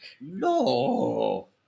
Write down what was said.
No